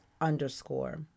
underscore